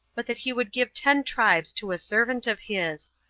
but that he would give ten tribes to a servant of his,